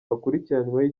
bakurikiranyweho